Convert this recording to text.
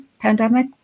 pandemic